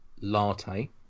latte